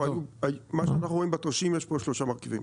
מה שאנחנו רואים בתרשים יש פה שלושה מרכיבים,